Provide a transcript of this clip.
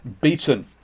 beaten